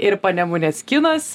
ir panemunės kinas